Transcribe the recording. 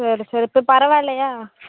சரி சரி இப்போ பரவாயில்லையா